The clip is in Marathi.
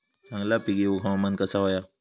चांगला पीक येऊक हवामान कसा होया?